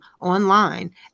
online